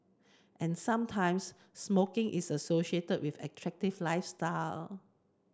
and sometimes smoking is associated with attractive lifestyle